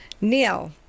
Neil